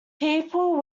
people